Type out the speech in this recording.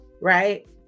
right